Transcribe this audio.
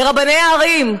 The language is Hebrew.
לרבני הערים,